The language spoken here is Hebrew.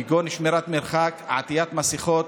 כגון שמירת מרחק, עטיית מסכות,